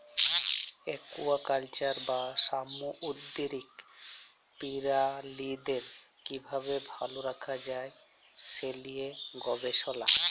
aquaculture বা সামুদ্দিরিক পিরালিদের কিভাবে ভাল রাখা যায় সে লিয়ে গবেসলা